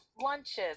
lunches